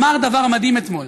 אמר דבר מדהים אתמול.